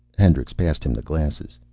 hendricks passed him the glasses.